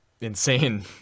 insane